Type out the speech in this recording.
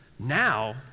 Now